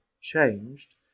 changed